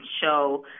show